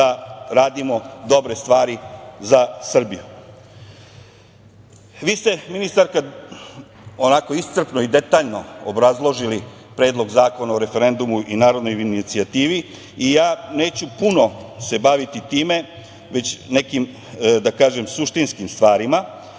da radimo dobre stvari za Srbiju. Vi ste ministarka, iscrpno i detaljno obrazložili Predlog zakona o referendumu i narodnoj inicijativi i neću se puno baviti time, već nekim, da kažem, suštinskim stvarima.